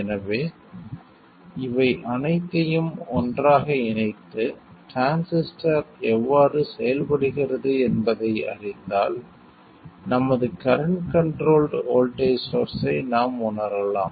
எனவே இவை அனைத்தையும் ஒன்றாக இணைத்து டிரான்சிஸ்டர் எவ்வாறு செயல்படுகிறது என்பதை அறிந்தால் நமது கரண்ட் கண்ட்ரோல்ட் வோல்ட்டேஜ் சோர்ஸ்ஸை நாம் உணரலாம்